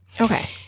okay